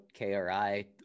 KRI